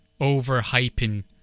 overhyping